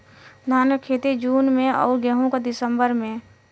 धान क खेती जून में अउर गेहूँ क दिसंबर में?